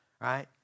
right